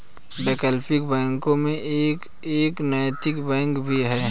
वैकल्पिक बैंकों में से एक नैतिक बैंक भी है